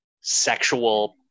sexual